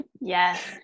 yes